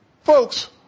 folks